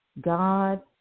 God